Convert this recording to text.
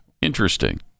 Interesting